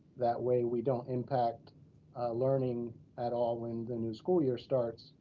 that way we don't impact learning at all. when the new school year starts,